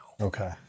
Okay